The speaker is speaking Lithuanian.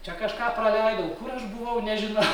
čia kažką praleidau kur aš buvau nežinau